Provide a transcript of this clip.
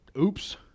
oops